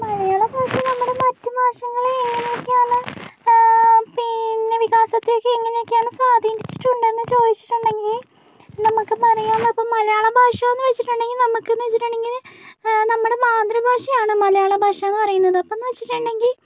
മലയാളഭാഷ നമ്മുടെ മറ്റുഭാഷകളെ എങ്ങനെയൊക്കെയാണ് പിന്നെ വികാസത്തിലേക്ക് എങ്ങനെയൊക്കെയാണ് സ്വാധീനിച്ചിട്ടുണ്ടെന്നു ചോദിച്ചിട്ടുണ്ടെങ്കിൽ നമുക്ക് പറയാൻ പറ്റും മലയാള ഭാഷാന്ന് വെച്ചിട്ടുണ്ടെങ്കിൽ നമുക്ക്ന്നു വെച്ചിട്ടുണ്ടെങ്കില് നമ്മുടെ മാതൃഭാഷയാണ് മലയാള ഭാഷാന്നു പറയുന്നത് അപ്പൊന്നു വെച്ചിട്ടുണ്ടെങ്കിൽ